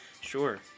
sure